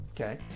Okay